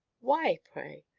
why, pray?